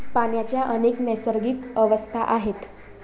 पाण्याच्या अनेक नैसर्गिक अवस्था आहेत